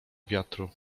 wiatru